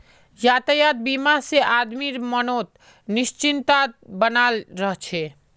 यातायात बीमा से आदमीर मनोत् निश्चिंतता बनाल रह छे